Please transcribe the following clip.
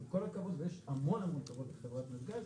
עם כל הכבוד ויש המון כבוד לחברת נתג"ז,